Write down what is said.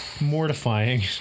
mortifying